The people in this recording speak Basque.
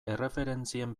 erreferentzien